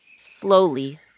Slowly